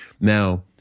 Now